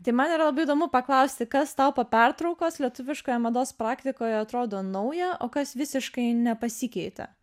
tai man yra labai įdomu paklausti kas tau po pertraukos lietuviškoje mados praktikoje atrodo nauja o kas visiškai nepasikeitė